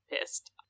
pissed